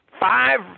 Five